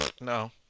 no